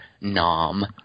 nom